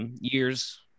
years